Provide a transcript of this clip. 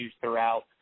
throughout